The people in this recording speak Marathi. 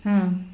हां